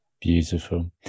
Beautiful